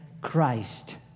Christ